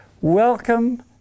Welcome